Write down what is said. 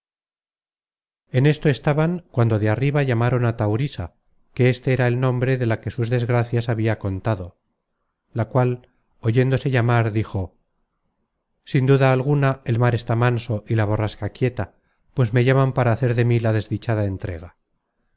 en esto estaban cuando de arriba llamaron á taurisa que éste era el nombre de la que sus desgracias habia contado la cual oyéndose llamar dijo sin duda alguna el mar está manso y la borrasca quieta pues me llaman para hacer de mí la desdichada entrega